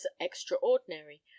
extraordinary